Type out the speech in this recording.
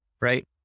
right